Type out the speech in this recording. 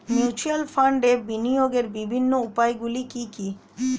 Mutual ফান্ডে বিনিয়োগের বিভিন্ন উপায়গুলি কি কি?